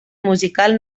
musical